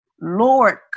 Lord